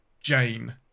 Jane